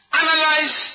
analyze